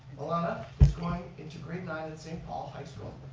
melana is going into grade nine at st. paul high school.